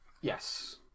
Yes